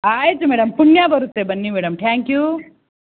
ಆಯಿತು ಮೇಡಮ್ ಪುಣ್ಯ ಬರುತ್ತೆ ಬನ್ನಿ ಮೇಡಮ್ ತ್ಯಾಂಕ್ ಯೂ